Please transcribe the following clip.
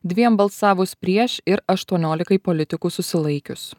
dviem balsavus prieš ir aštuoniolikai politikų susilaikius